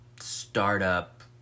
startup